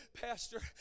Pastor